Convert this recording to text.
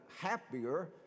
happier